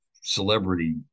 celebrity